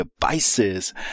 devices